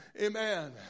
Amen